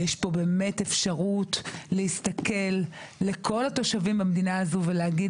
יש פה אפשרות להסתכל לכל התושבים במדינה הזאת ולהגיד